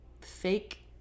fake